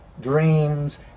dreams